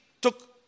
took